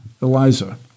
Eliza